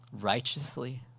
righteously